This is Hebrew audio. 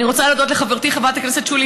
אני רוצה להודות לחברתי חברת הכנסת שולי